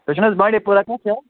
تُہۍ چھُنہٕ حظ بانٛڈی پورہ پٮ۪ٹھٕ